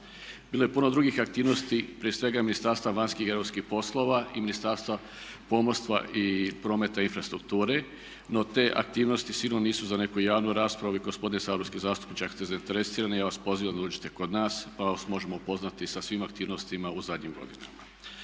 Bilo je puno drugih aktivnosti, prije svega Ministarstva vanjskih i europskih poslova i Ministarstva pomorstva, prometa i infrastrukture no te aktivnosti sigurno nisu za neku javnu raspravu i gospodin saborski zastupnik čak ste zainteresirani, ja vas pozivam da dođete kod nas pa vas možemo upoznati sa svim aktivnostima u zadnjim godinama.